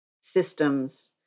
systems